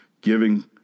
giving